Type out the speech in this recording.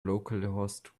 localhost